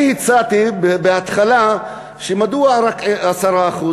אני הצעתי בהתחלה, מדוע רק 10%?